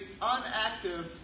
unactive